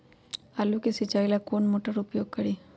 आलू के सिंचाई ला कौन मोटर उपयोग करी?